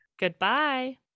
Goodbye